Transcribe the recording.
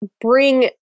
bring